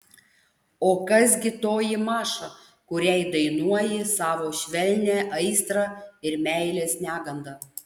o kas gi toji maša kuriai dainuoji savo švelnią aistrą ir meilės negandą